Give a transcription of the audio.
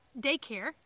daycare